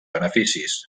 beneficis